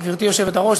גברתי היושבת-ראש,